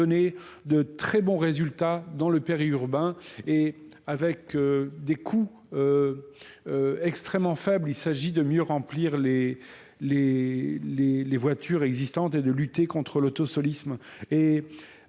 de très bons résultats dans le périurbain et avec des coûts extrêmement faibles il s'agit de mieux remplir les les les les voitures existantes et de lutter contre l'auto solistes